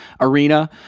arena